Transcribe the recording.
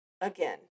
again